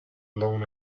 blown